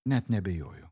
net neabejoju